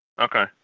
Okay